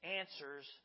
answers